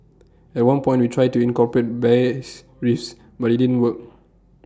at one point we tried to incorporate bass riffs but IT didn't work